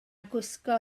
gwisgo